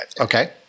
Okay